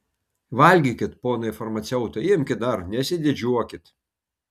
valgykit ponai farmaceutai imkit dar nesididžiuokit